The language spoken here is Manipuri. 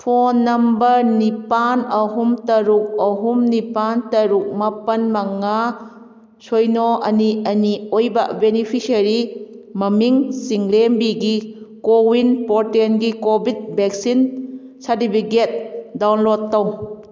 ꯐꯣꯟ ꯅꯝꯕꯔ ꯅꯤꯄꯥꯟ ꯑꯍꯨꯝ ꯇꯔꯨꯛ ꯑꯍꯨꯝ ꯅꯤꯄꯥꯟ ꯇꯔꯨꯛ ꯃꯥꯄꯟ ꯃꯉꯥ ꯁꯣꯏꯅꯣ ꯑꯅꯤ ꯑꯅꯤ ꯑꯣꯏꯕ ꯕꯤꯅꯤꯐꯤꯁꯔꯤ ꯃꯃꯤꯡ ꯆꯤꯡꯂꯦꯝꯕꯤꯒꯤ ꯀꯣꯋꯤꯟ ꯄꯣꯔꯇꯦꯜꯒꯤ ꯀꯣꯚꯤꯠ ꯚꯦꯛꯁꯤꯟ ꯁꯥꯔꯇꯤꯐꯤꯀꯦꯠ ꯗꯥꯎꯟꯂꯣꯗ ꯇꯧ